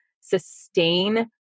sustain